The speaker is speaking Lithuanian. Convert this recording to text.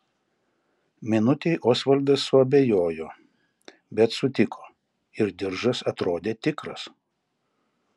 minutei osvaldas suabejojo bet sutiko ir diržas atrodė tikras